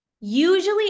usually